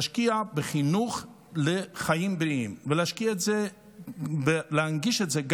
להשקיע בחינוך לחיים בריאים וגם להנגיש את זה,